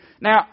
Now